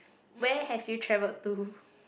where have you travelled to